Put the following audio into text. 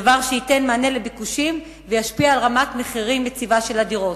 דבר שייתן מענה לביקושים וישפיע על רמת מחירים יציבה של הדירות.